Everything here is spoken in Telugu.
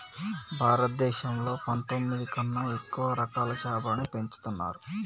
భారతదేశంలో పందొమ్మిది కన్నా ఎక్కువ రకాల చాపలని పెంచుతరు